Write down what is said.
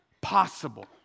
possible